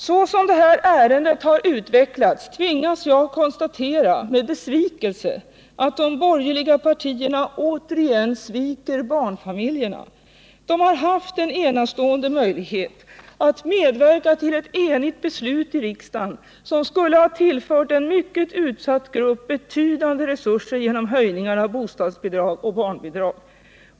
Så som det här ärendet har utvecklats tvingas jag med besvikelse konstatera att de borgerliga partierna återigen sviker barnfamiljerna. De har haft en enastående möjlighet att medverka till ett enigt beslut i riksdagen, som skulle ha tillfört en mycket utsatt grupp betydande resurser genom höjningar av bostadsbidrag och barnbidrag.